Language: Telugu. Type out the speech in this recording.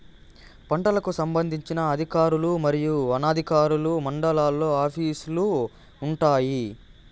పంటలకు సంబంధించిన అధికారులు మరియు అనధికారులు మండలాల్లో ఆఫీస్ లు వుంటాయి?